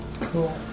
Cool